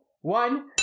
one